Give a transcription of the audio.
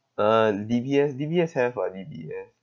uh D_B_S D_B_S have [what] D_B_S